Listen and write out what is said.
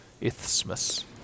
isthmus